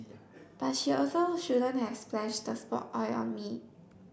but she also shouldn't have splashed the oil on me